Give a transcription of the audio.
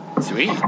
Sweet